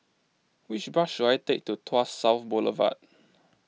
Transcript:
which bus should I take to Tuas South Boulevard